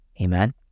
Amen